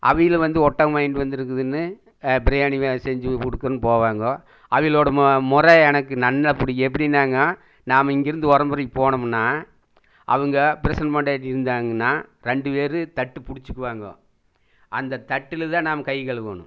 அவங்களும் வந்து ஒட்டகம் வாங்கிண்டு வந்திருக்குதுன்னு பிரியாணி செஞ்சு கொடுக்கணும் போவாங்க அவங்களோட மொறை எனக்கு நல்லா பிடிக்கு எப்படினாங்க நம்ம இங்கிருந்து ஒறவுமுறைக்கு போனமுன்னால் அவங்க புருஷன் பெண்டாட்டி இருந்தாங்கன்னால் ரெண்டு பேரு தட்டுப்பிடிச்சிக்குவாங்கோ அந்த தட்டில்தான் நாம் கை கழுவணும்